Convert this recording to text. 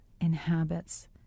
inhabits